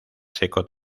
seco